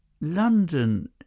london